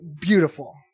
beautiful